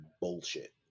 bullshit